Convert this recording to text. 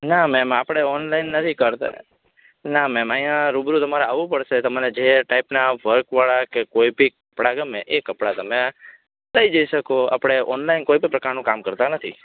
ના મેમ આપડે ઓનલાઈન નથી કરતાં ના મેમ અહિયાં રૂબરૂ તમારે આવું પડસે તમારે જે ટાઈપના વર્ક વાળા કે કોઈ ભી કપડાં ગમે એ કપડાં તમે લઈ જઈ સકો આપડે ઓનલાઈન કોઈ પણ પ્રકારનો કામ કરતાં નથી